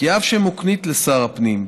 כי אף שמוקנית לשר הפנים,